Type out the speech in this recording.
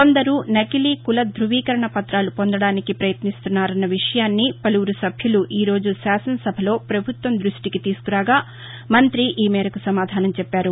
కొందరు నకిలీ కుల ధృవీకరణ పత్రాలు పొందడానికి యత్నిస్తున్నారన్న విషయాన్ని పలువురు సభ్యులు ఈ రోజు శాసన సభలో ప్రభుత్వం దృష్టికి తీసుకురాగా మంతి ఈ మేరకు సమాధానం చెప్పారు